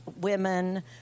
women